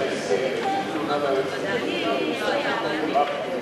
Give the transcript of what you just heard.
יש לך ההסכם, תגיש תלונה ליועץ המשפטי לממשלה.